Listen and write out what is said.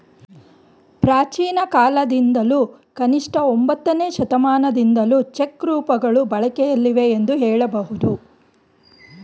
ಪ್ರಾಚೀನಕಾಲದಿಂದಲೂ ಕನಿಷ್ಠ ಒಂಬತ್ತನೇ ಶತಮಾನದಿಂದಲೂ ಚೆಕ್ ರೂಪಗಳು ಬಳಕೆಯಲ್ಲಿವೆ ಎಂದು ಹೇಳಬಹುದು